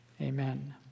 Amen